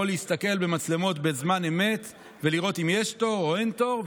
להסתכל במצלמות בזמן אמת ולראות אם יש תור או אין תור,